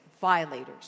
violators